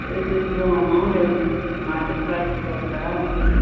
ऐसे ही जो अमाउंट है मार्केट प्राइस दिखा के लगा दीजिए